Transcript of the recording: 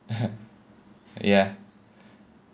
ya